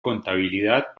contabilidad